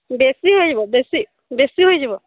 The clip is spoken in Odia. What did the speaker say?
ବେଶି ହୋଇଯିବ ବେଶି ବେଶି ହୋଇଯିବ